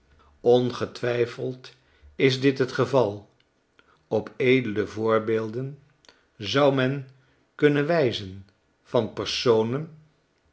ongetwijfeld is dit het geval op edele voorbeelden zou men kunnen wijzen van personen